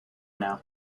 now